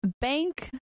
bank